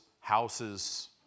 houses